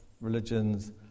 religions